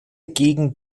gegen